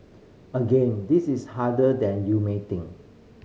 again this is harder than you may think